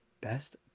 Best